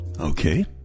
Okay